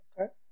okay